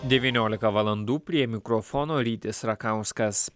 devyniolika valandų prie mikrofono rytis rakauskas